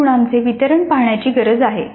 या गुणांचे वितरण पाहण्याची गरज आहे